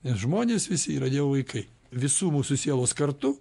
nes žmonės visi yra dievo vaikai visų mūsų sielos kartu